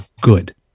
good